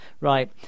right